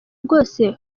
bwose